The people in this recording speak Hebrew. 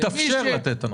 יתאפשר לתת הנחה.